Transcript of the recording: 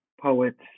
poets